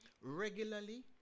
regularly